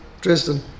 Dresden